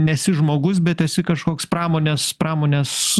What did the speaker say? nesi žmogus bet esi kažkoks pramonės pramonės